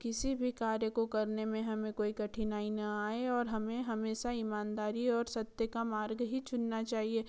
किसी भी कार्य को करने में हमें कोई कठिनाई ना आए और हमें हमेशा ईमानदारी और सत्य का मार्ग ही चुनना चाहिए